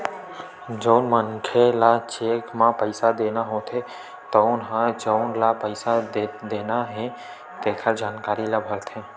जउन मनखे ल चेक म पइसा देना होथे तउन ह जउन ल पइसा देना हे तेखर जानकारी ल भरथे